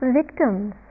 victims